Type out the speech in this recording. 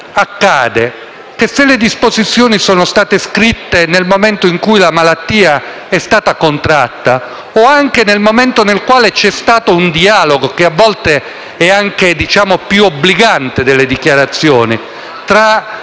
accade? Che se le disposizioni sono state scritte nel momento in cui la malattia è stata contratta o anche c'è stato un dialogo, che a volte è anche più obbligante delle dichiarazioni, tra